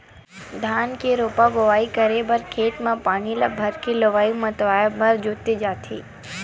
धान के रोपा बोवई करे बर खेत म पानी ल भरके बने लेइय मतवाए बर जोते जाथे